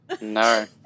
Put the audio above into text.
No